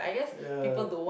ya